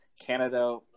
Canada